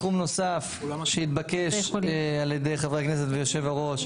סכום נוסף שהתבקש על ידי חברי הכנסת ויושב הראש,